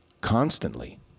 constantly